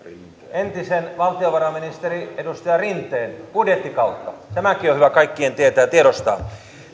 entisen valtiovarainministerin edustaja rinteen budjettikautta tämäkin on hyvä kaikkien tietää ja tiedostaa